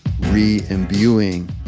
re-imbuing